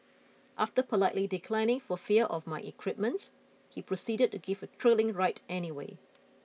after politely declining for fear of my equipment he proceeded to give a thrilling ride anyway